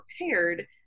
prepared